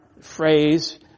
phrase